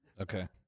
Okay